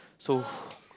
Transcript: so